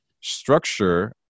Structure